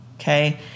Okay